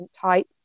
type